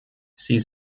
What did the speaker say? sie